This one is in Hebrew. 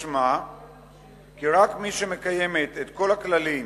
משמע כי רק מי שמקיימת את כל הכללים